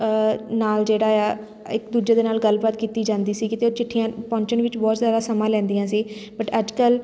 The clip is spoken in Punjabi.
ਨਾਲ ਜਿਹੜਾ ਆ ਇੱਕ ਦੂਜੇ ਦੇ ਨਾਲ ਗੱਲਬਾਤ ਕੀਤੀ ਜਾਂਦੀ ਸੀ ਕਿਤੇ ਚਿੱਠੀਆਂ ਪਹੁੰਚਣ ਵਿੱਚ ਬਹੁਤ ਜ਼ਿਆਦਾ ਸਮਾਂ ਲੈਂਦੀਆਂ ਸੀ ਬਟ ਅੱਜ ਕੱਲ੍ਹ